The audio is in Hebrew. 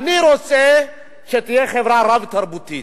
רוצה שהחברה הישראלית תהיה חברה רב-תרבותית.